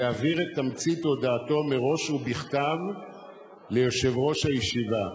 יעביר את תמצית הודעתו מראש ובכתב ליושב-ראש הישיבה.